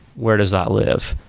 where does that live?